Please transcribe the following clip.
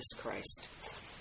Christ